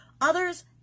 others